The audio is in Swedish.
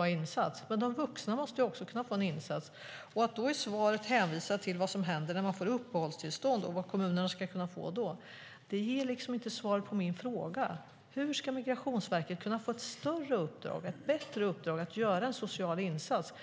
illa annars, men de vuxna måste också kunna få en insats. Att då i svaret hänvisa till vad som händer när man får uppehållstillstånd och vad kommunerna ska kunna få då ger inte svar på min fråga hur Migrationsverket ska kunna få ett större och bättre uppdrag att göra en social insats.